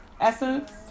essence